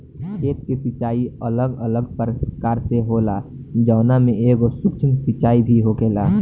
खेत के सिचाई अलग अलग प्रकार से होला जवना में एगो सूक्ष्म सिंचाई भी होखेला